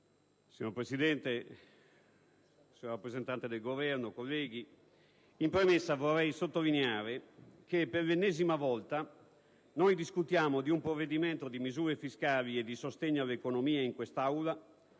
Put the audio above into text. *Signor Presidente, signor rappresentante del Governo, colleghi, in premessa vorrei sottolineare che per l'ennesima volta discutiamo di un provvedimento di misure fiscali e di sostegno all'economia in quest'Aula